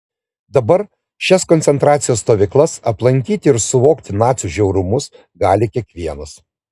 dabar šias koncentracijos stovyklas aplankyti ir suvokti nacių žiaurumus gali kiekvienas